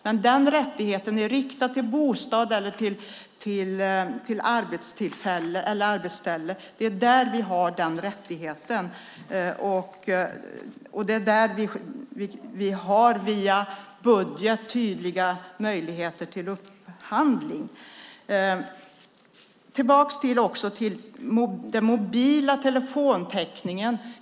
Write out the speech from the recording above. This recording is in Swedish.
Men den rättigheten är riktad till bostad eller till arbetsställe. Det är där vi har den rättigheten, och via budget har vi tydliga möjligheter till upphandling. Låt oss gå tillbaka till den mobila telefontäckningen.